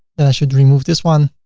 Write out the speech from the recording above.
then i should remove this one,